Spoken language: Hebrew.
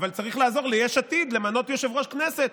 אבל צריך לעזור ליש עתיד למנות יושב-ראש כנסת,